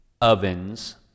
ovens